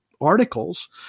articles